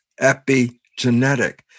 epigenetic